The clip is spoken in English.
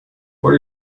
what